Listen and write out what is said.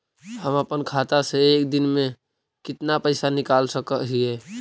हम अपन खाता से एक दिन में कितना पैसा निकाल सक हिय?